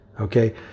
Okay